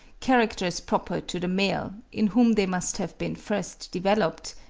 characters proper to the male, in whom they must have been first developed,